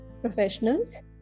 professionals